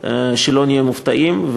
לא נהיה מופתעים,